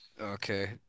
Okay